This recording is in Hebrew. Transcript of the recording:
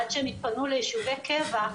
עד שהם יתפנו ליישובי קבע,